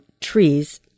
trees